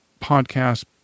podcast